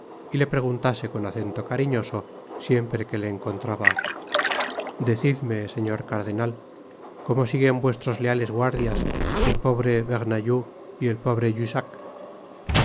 y le preguntase con acento cariñoso siempre que le encontraba decidme señor cardenal cómo siguen vuestros leales guardias el pobre bernajoux y el pobre jussac